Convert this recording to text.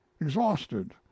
exhausted